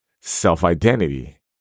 Self-identity